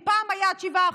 אם פעם זה היה עד 7%,